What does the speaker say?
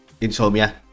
Insomnia